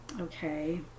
Okay